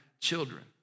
children